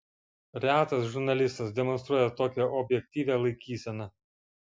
retas žurnalistas demonstruoja tokią objektyvią laikyseną